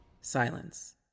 silence